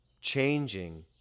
changing